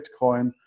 Bitcoin